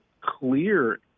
clear